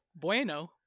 Bueno